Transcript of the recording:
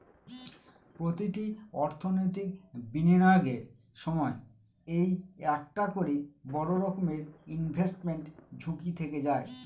প্রতি অর্থনৈতিক বিনিয়োগের সময় এই একটা করে বড়ো রকমের ইনভেস্টমেন্ট ঝুঁকি থেকে যায়